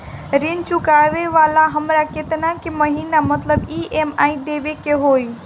ऋण चुकावेला हमरा केतना के महीना मतलब ई.एम.आई देवे के होई?